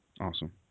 Awesome